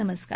नमस्कार